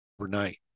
overnight